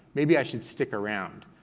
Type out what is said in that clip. maybe i should stick around.